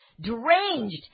deranged